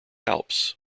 alps